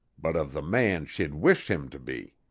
but of the man she'd wish him to be,